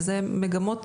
וזה מגמות